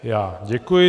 Já děkuji.